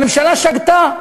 הממשלה שגתה,